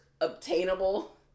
obtainable